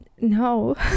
no